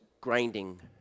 grinding